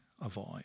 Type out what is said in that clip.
avoid